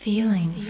Feeling